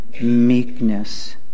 meekness